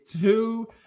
two